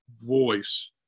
voice